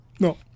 No